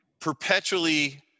perpetually